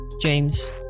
james